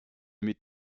mit